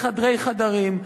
בחדרי חדרים,